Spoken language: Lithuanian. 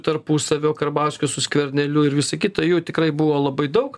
tarpusavio karbauskis su skverneliu ir visa kita jų tikrai buvo labai daug